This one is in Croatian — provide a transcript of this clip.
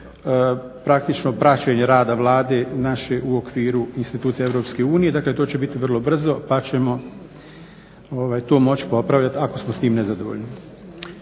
praktično praćenje rada Vlade naše u okviru institucija Europske unije. Dakle, to će biti vrlo brzo, pa ćemo tu moći popravljati ako smo s tim nezadovoljni.